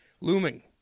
looming